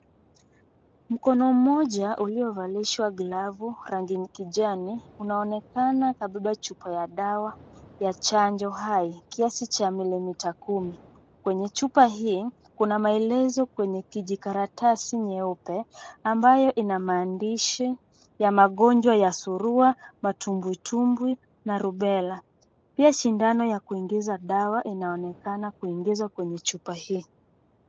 Mkono mmoja uliovalishwa glavu ya rangi kijani unaonekana ubeba chupa ya dawa ya chanjo hai, kiasi cha mililita kumi. Kwenye chupa hii, kuna maelezo kwenye kijikaratasi nyeupe ambayo ina maandishi ya magonjwa ya surua, matumbwitumbwi na rubela. Pia sindano ya kuingizia dawa inaonekana kuingizwa kwenye chupa hii.